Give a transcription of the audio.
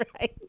right